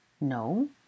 No